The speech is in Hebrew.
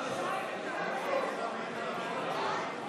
אם כן,